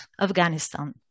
Afghanistan